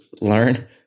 learn